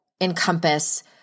encompass